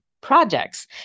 projects